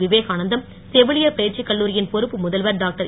விவேகானந்தம் செவிலியர் பயிற்சிக் கல்லூரியின் பொறுப்பு ம் முதல்வர் டாக்டர்